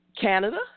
Canada